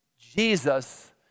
Jesus